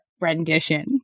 rendition